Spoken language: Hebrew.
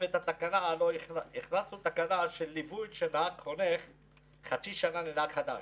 הלוא הכנסנו תקנה של ליווי של נהג חונך במשך חצי שנה לנהג חדש.